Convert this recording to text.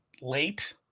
late